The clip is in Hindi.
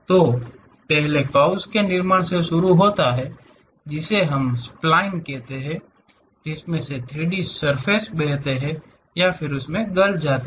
तो पहले कर्व्स के निर्माण से शुरू होता है जिसे हम स्प्लइन कहते हैं जिसमें से 3 डी सरफेस बहते हैं या गल जाते हैं